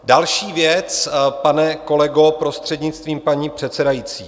Další věc, pane kolego, prostřednictvím paní předsedající.